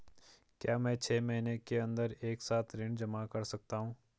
क्या मैं छः महीने के अन्दर एक साथ ऋण जमा कर सकता हूँ?